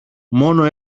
μόνο